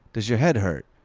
does your head hurt,